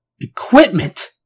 equipment